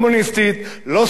לא סוציאליסטית,